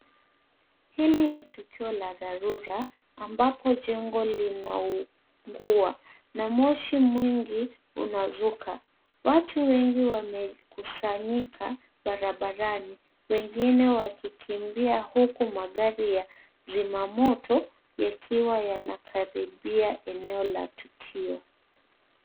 Hili ni tukio la dharura ambapo jengo linaungua na moshi mwingi unazuka. Watu wengi wamekusanyika barabarani wengine wakikimbia huku magari ya zimamoto yakiwa yanakaribia eneo la tukio.